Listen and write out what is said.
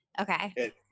okay